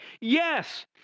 yes